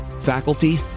faculty